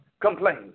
Complain